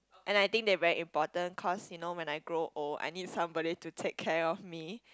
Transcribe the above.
and I think they are very important cause you know when I grow old I need somebody to take care of me